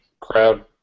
crowd